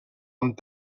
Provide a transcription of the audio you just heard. amb